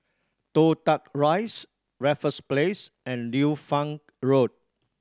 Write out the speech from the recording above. Toh Tuck Rise Raffles Place and Liu Fang Road